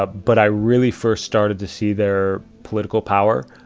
ah but i really first started to see their political power.